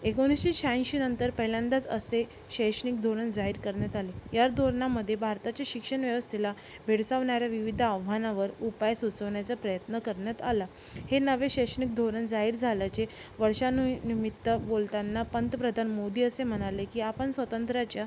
एकोणीसशे शहाऐंशीनंतर पहिल्यांदाच असे शैक्षणिक धोरण जाहीर करण्यात आले याच धोरणामध्ये भारताच्या शिक्षणव्यवस्थेला भेडसावणाऱ्या विविध आव्हानावर उपाय सुचवण्याचा प्रयत्न करण्यात आला हे नवे शैक्षणिक धोरण जाहीर झाल्याचे वर्षानुई निमित्त बोलतांना पंतप्रधान मोदी असे म्हणाले की आपण स्वातंत्र्याच्या